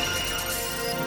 היום יום שלישי,